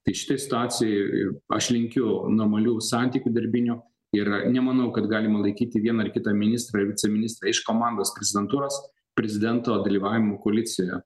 tai šitoj situacijoj aš linkiu normalių santykių darbinių ir nemanau kad galima laikyti vieną ar kitą ministrą viceministrą iš komandos prezidentūros prezidento dalyvavimu koalicijoje